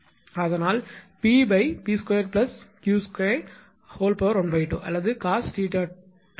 அதனால் 𝑃 𝑃2 𝑄2 12 அல்லது cos 𝜃2 𝑃𝑃2𝑄𝑙−𝑄𝐶212